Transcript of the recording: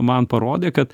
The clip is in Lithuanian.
man parodė kad